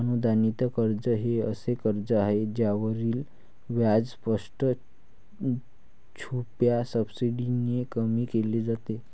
अनुदानित कर्ज हे असे कर्ज आहे ज्यावरील व्याज स्पष्ट, छुप्या सबसिडीने कमी केले जाते